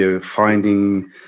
finding